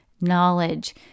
knowledge